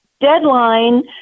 deadline